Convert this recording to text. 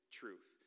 truth